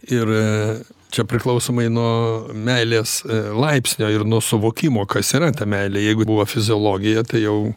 ir čia priklausomai nuo meilės laipsnio ir nuo suvokimo kas yra ta meilė jeigu buvo fiziologija tai jau